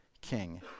king